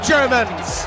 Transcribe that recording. Germans